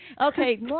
Okay